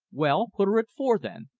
well, put her at four, then,